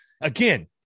again